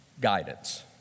guidance